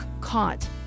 Caught